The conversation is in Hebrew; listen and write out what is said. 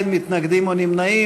אין מתנגדים ואין נמנעים.